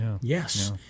Yes